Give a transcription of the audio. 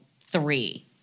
three